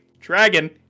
dragon